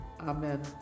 Amen